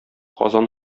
казан